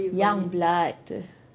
young blood